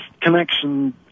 connection